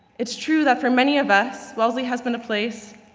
it's true that for many of us, wellesley has been a place